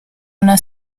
una